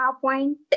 point